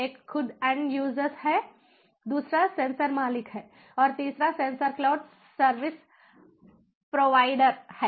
एक खुद end users हैं दूसरा सेंसर मालिक हैं और तीसरा सेंसर क्लाउड सर्विस प्रोवाइडर है